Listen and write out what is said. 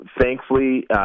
thankfully